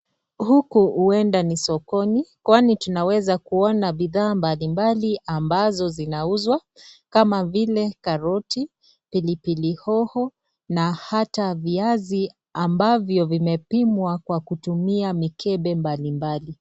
Huku huenda ni sokoni kwani tunaweza kuona bidhaa mbalimbali ambazo zinauzwa kama vile karoti, pilipili hoho na hata viazi ambavyo vimepimwa kwa kutumia mikebe mbalimbali.